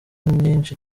nyinshi